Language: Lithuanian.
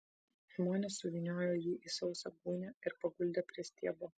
žmonės suvyniojo jį į sausą gūnią ir paguldė prie stiebo